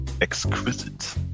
exquisite